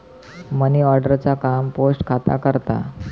money order चा काम post खाता करता